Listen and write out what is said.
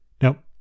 Now